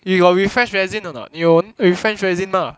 eh you got refreshed resin or not 你有 refreshed resin mah